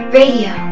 Radio